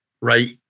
Right